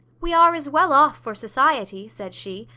we are as well off for society, said she,